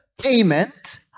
payment